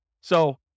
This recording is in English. So-